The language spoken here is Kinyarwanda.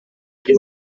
wari